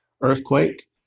Earthquake